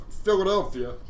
Philadelphia